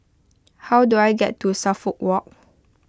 how do I get to Suffolk Walk